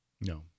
No